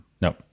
No